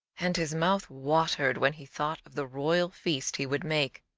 and his mouth watered when he thought of the royal feast he would make,